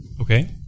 Okay